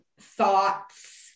Thoughts